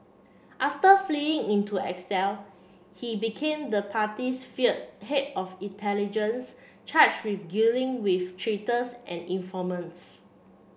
after fleeing into exile he became the party's feared head of intelligence charge with dealing with traitors and informants